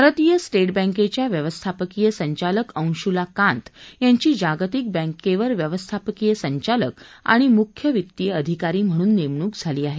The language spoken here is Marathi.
भारतीय स्टेट बँकेच्या व्यवस्थापकीय संचालक अंशुला कांत यांची जागतिक बँकेवर व्यवस्थापकीय संचालक आणि मुख्य वित्तीय अधिकारी म्हणून नेमणूक झाली आहे